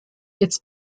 its